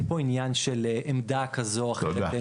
אין פה עניין של עמדה כזו או אחרת.